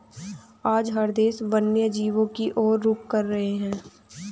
आज हर देश वन्य जीवों की और रुख कर रहे हैं